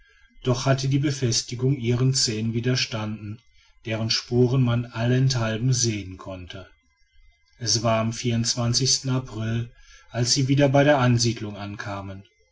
doch hatte die befestigung ihren zähnen widerstanden deren spuren man allenthalben sehen konnte es war am april als sie wieder bei der ansiedelung ankamen